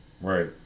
Right